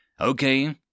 Okay